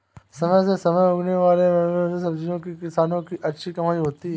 समय से पहले उगने वाले बेमौसमी सब्जियों से किसानों की अच्छी कमाई होती है